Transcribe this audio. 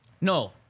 No